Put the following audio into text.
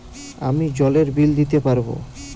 আমি জলের বিল দিতে পারবো?